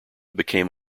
became